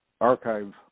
Archive